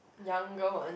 younger one